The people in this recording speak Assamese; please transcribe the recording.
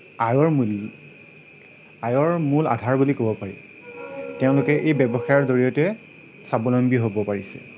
আয়ৰ মূল আয়ৰ মূল আধাৰ বুলি ক'ব পাৰি তেওঁলোকে এই ব্যৱসায়ৰ জৰিয়তে স্বাৱলম্বী হ'ব পাৰিছে